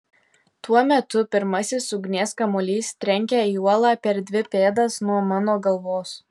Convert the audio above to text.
tuo metu pirmasis ugnies kamuolys trenkia į uolą per dvi pėdas nuo mano galvos